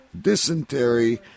dysentery